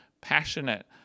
passionate